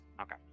Okay